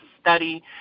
study